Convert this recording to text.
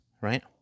Right